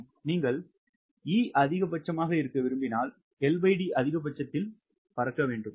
நீங்கள் E அதிகபட்சம் விரும்பினால் LD அதிகபட்சத்தில் பறக்க வேண்டும்